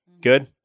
Good